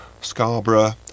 Scarborough